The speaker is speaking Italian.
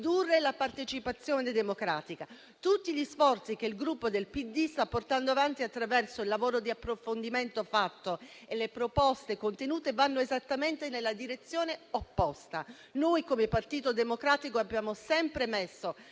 la partecipazione democratica. Tutti gli sforzi che il Gruppo PD sta portando avanti attraverso il lavoro di approfondimento fatto e le proposte avanzate vanno esattamente nella direzione opposta. Noi, come Partito Democratico, abbiamo sempre messo al